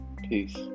Peace